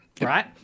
right